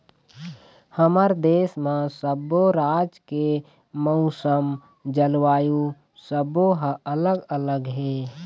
हमर देश म सब्बो राज के मउसम, जलवायु सब्बो ह अलग अलग हे